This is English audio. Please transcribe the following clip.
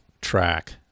track